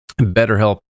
BetterHelp